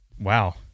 Wow